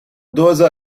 دوزار